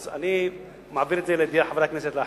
אז אני מעביר את זה לידי חברי הכנסת להחלטה.